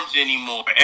anymore